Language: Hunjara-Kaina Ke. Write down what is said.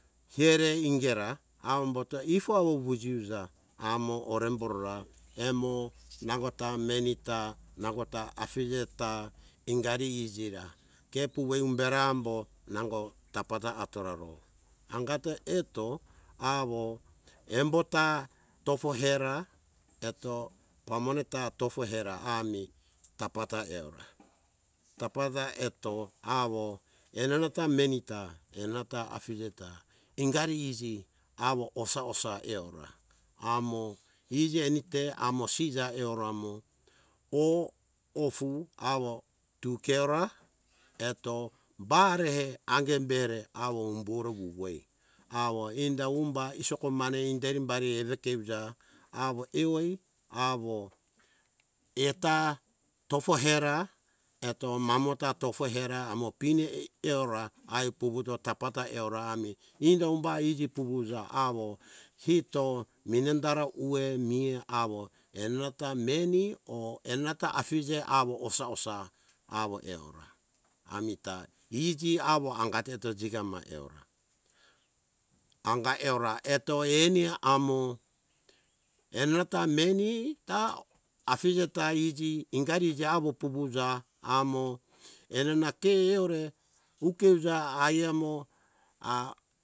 Serei ingera awo umbuto ifo awo witfiuza amo oremborora emo nangota meni ta nangota afije ta ingari iji ra ke puwem bera ambo nango tapa ta atoraro angato eto awo embo ta tofo hera eto pamone ta tofo hera ami tapa ta heora tapa ta eto awo erarata ta meni ta erarata ta afije ta ingari iji awo osa - osa eora amo iji enite amo sija eora mo oh ofu awo tu keora eto barehe ange be re awo umburo wuwoe awo inda umba isoko mane inderi bare evekeuja awo eoi awo eta tofo hera eto mamo ta tofo hera amo pine ei eora ai puvuto tapa ta eora ami indo umba iji puvuja awo ito minandara uwe mihe awo enana ta meni or enana ta afije awo osa - osa awo eora amita iji awo angateto jigama eora anga eora eto eni amo enana ta meni ta afije ta iji awo puvuja amo erena tiore hukiuja aiamo ah